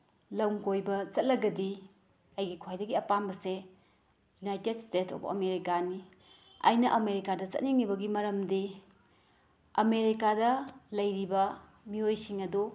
ꯂꯝ ꯀꯣꯏꯕ ꯆꯠꯂꯒꯗꯤ ꯑꯩꯒꯤ ꯈ꯭ꯋꯥꯏꯗꯒꯤ ꯑꯄꯥꯝꯕꯁꯦ ꯌꯨꯅꯥꯏꯇꯦꯠ ꯏꯁꯇꯦꯠ ꯑꯣꯐ ꯑꯃꯦꯔꯤꯀꯥꯅꯤ ꯑꯩꯅ ꯑꯃꯦꯔꯤꯀꯥꯗ ꯆꯠꯅꯤꯡꯉꯤꯕꯒꯤ ꯃꯔꯝꯗꯤ ꯑꯃꯦꯔꯤꯀꯥꯗ ꯂꯩꯔꯤꯕ ꯃꯤꯑꯣꯏꯁꯤꯡ ꯑꯗꯣ